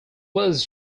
was